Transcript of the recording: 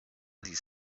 these